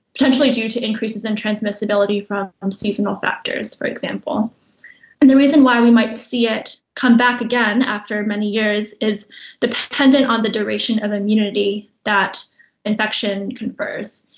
potentially due to increases in transmissibility from um seasonal factors, for example. and the reason why we might see it come back again after many years is dependent on the duration of immunity that infection confers.